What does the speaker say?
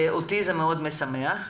ואותי זה מאוד משמח.